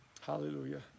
Hallelujah